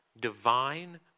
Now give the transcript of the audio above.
divine